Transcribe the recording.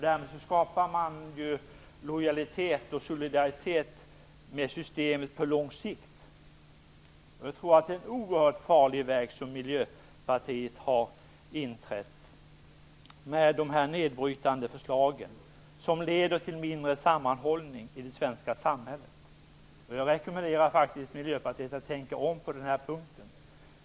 Därmed skapar man lojalitet och solidaritet med systemet på lång sikt. Jag tror att Miljöpartiet har trätt in på en oerhört farligt väg med de här nedbrytande förslagen, som leder till mindre sammanhållning i det svenska samhället. Jag rekommenderar faktiskt Miljöpartiet att tänka om på den här punkten.